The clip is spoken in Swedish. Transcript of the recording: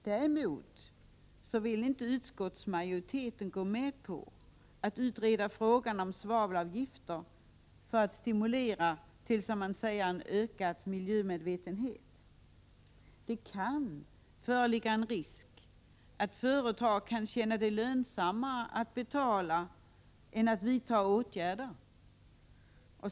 Däremot vill inte utskottsmajoriteten gå med på att utreda frågan om svavelavgifter för att stimulera till ökad miljömedvetenhet. Det föreligger en risk för att företag kan känna det lönsammare att betala än att vidta åtgärder.